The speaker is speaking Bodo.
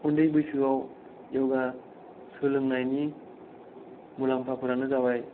उन्दै बैसोआव यगा सोलोंनायनि मुलाम्फा फोरानो जाबाय